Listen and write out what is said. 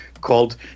called